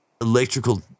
electrical